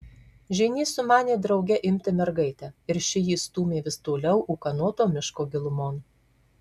žynys sumanė drauge imti mergaitę ir ši jį stūmė vis toliau ūkanoto miško gilumon